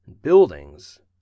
Buildings